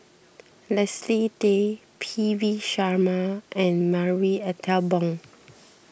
Leslie Tay P V Sharma and Marie Ethel Bong